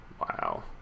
Wow